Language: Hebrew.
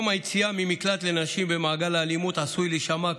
יום היציאה במעגל האלימות עשוי להישמע,